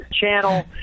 channel